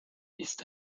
ist